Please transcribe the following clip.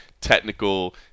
technical